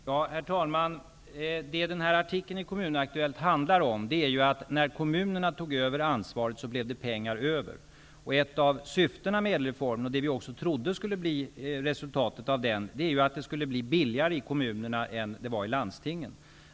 Herr talman! Det artikeln i Kommun-Aktuellt handlar om är att det blev pengar över när kommunerna tog över ansvaret. Ett av syftena med ÄDEL-reformen, och det vi också trodde skulle bli resultatet av den, är att verksamheten skulle bli billigare i kommunerna än den var i landstingen.